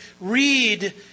read